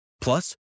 Plus